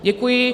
Děkuji.